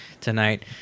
tonight